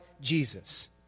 Jesus